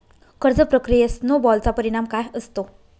कर्ज प्रक्रियेत स्नो बॉलचा परिणाम काय असतो?